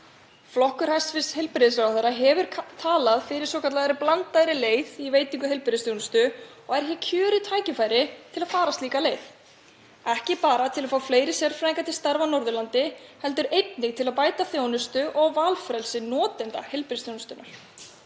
Flokkur hæstv. heilbrigðisráðherra hefur talað fyrir svokallaðri blandaðri leið í veitingu heilbrigðisþjónustu og er kjörið tækifæri til að fara slíka leið, ekki bara til að fá fleiri sérfræðinga til starfa á Norðurlandi heldur einnig til að bæta þjónustu og valfrelsi notenda heilbrigðisþjónustunnar.